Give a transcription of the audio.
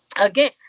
again